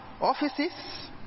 offices